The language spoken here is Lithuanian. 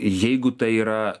jeigu tai yra